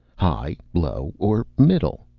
high, low, or middle?